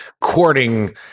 courting